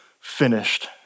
finished